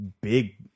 big